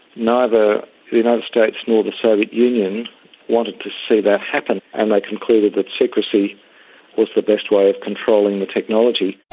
neither the united states nor the soviet union wanted to see that happen, and they concluded that secrecy was the best way of controlling the technology. the